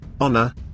honor